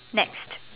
next